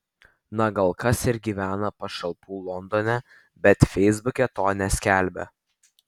na gal kas ir gyvena iš pašalpų londone bet feisbuke to neskelbia